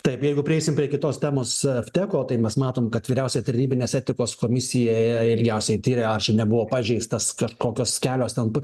taip jeogu prieisim prie kitos temos vteko tai mes matom kad vyriausia tarnybinės etikos komisija ilgiausiai tiria ar čia nebuvo pažeistas kažkokios kelios ten